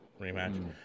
Rematch